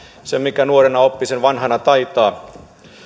sen minkä nuorena oppii sen vanhana taitaa